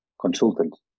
consultants